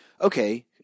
okay